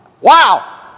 Wow